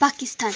Pakistan